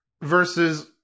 versus